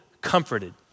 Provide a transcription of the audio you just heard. comforted